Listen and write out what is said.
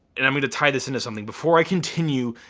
and i'm gonna tie this into something. before i continue,